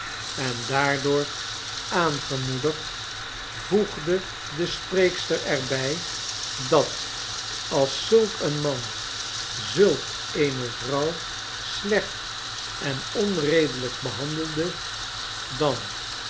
en daardoor aangemoedigd voegde de spreekster er bij dat als zulk een man zulk eene vrouw slecht en onredelyk behandelde dan